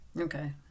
Okay